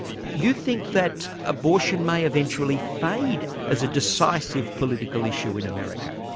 you think that abortion may eventually fade as a decisive political issue in america?